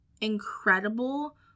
incredible